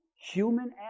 Human